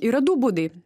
yra du būdai